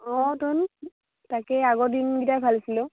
অঁ টো তাকেই আগৰ দিনকেইটাই ভাল আছিলে অ'